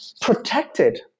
protected